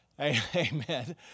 Amen